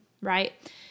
right